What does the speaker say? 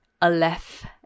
Aleph